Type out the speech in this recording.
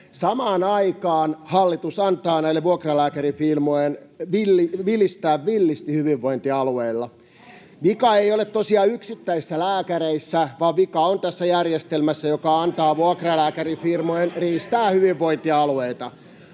Samaan aikaan hallitus antaa näiden vuokralääkärifirmojen vilistää villisti hyvinvointialueilla. Vika ei ole tosiaan yksittäisissä lääkäreissä, vaan vika on tässä järjestelmässä, [Välihuutoja perussuomalaisten ryhmästä — Timo Heinonen: